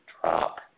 drop